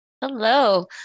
Hello